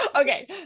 Okay